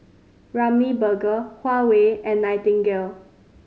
Ramly Burger Huawei and Nightingale